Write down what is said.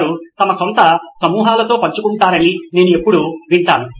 వారు తమ సొంత సమూహాలతో పంచుకుంటారని నేను ఎప్పుడూ వింటాను